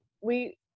we-